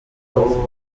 ubu